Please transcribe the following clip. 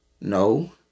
No